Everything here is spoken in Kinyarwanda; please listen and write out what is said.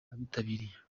abitabiriye